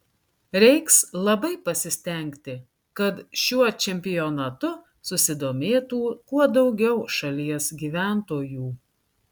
reiks labai pasistengti kad šiuo čempionatu susidomėtų kuo daugiau šalies gyventojų